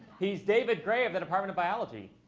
he's david gray of the department of biology.